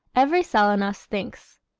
every cell in us thinks.